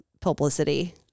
publicity